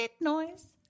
noise